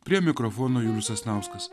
prie mikrofono julius sasnauskas